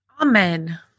Amen